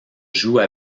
joue